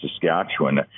Saskatchewan